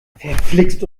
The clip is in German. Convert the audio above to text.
verflixt